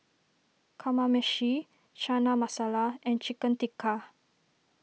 Kamameshi Chana Masala and Chicken Tikka